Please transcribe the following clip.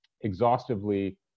exhaustively